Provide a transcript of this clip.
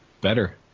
better